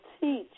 teach